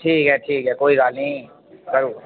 ठीक ऐ ठीक ऐ कोई गल्ल नी